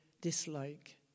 dislike